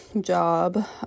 job